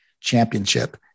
championship